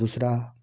दूसरा